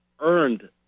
earned